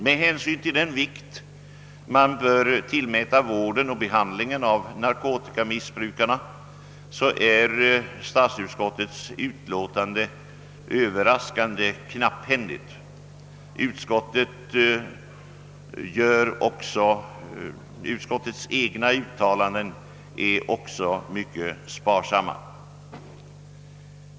Med hänsyn till den vikt man tillmäter vården och behandlingen av narkotikamissbrukarna är statsutskottets utlåtande överraskande knapphändigt. Utskottets egna uttalanden är också mycket sparsamma.